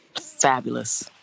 fabulous